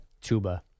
Tuba